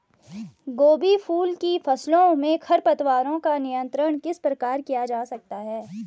गोभी फूल की फसलों में खरपतवारों का नियंत्रण किस प्रकार किया जा सकता है?